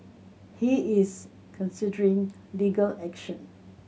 he is considering legal action